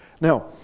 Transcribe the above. Now